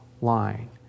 line